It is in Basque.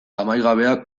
amaigabea